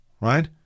right